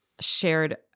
shared